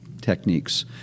techniques